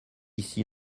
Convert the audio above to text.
ici